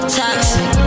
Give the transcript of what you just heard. toxic